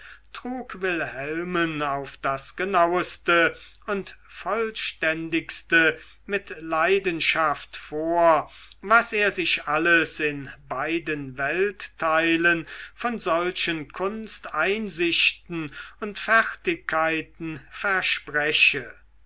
trug wilhelmen auf das genaueste und vollständigste mit leidenschaft vor was er sich alles in beiden weltteilen von solchen kunsteinsichten und fertigkeiten verspreche